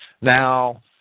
Now